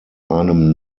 einem